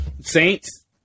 Saints